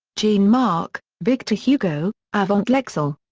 jean-marc, victor hugo avant l'exil.